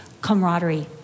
camaraderie